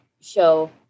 show